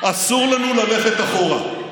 אסור לנו ללכת אחורה.